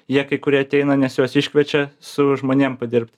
jie kai kurie ateina nes juos iškviečia su žmonėm padirbt